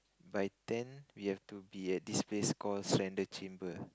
by ten we have to be at this place called Surrender Chamber